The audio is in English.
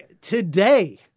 today